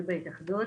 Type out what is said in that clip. בהתאחדות.